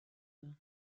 vingts